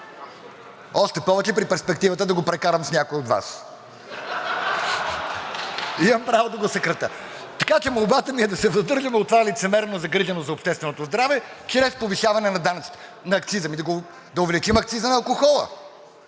още повече при перспективата да го прекарам с някого от Вас. (Смях.) Имам право да го съкратя. Молбата ми е да се въздържаме от това лицемерно загрижване за общественото здраве чрез повишаване на акциза. Ами да увеличим акциза на алкохола,